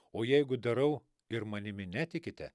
o jeigu darau ir manimi netikite